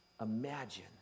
Imagine